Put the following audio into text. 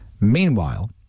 Meanwhile